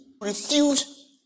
Refuse